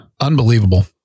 Unbelievable